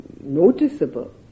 noticeable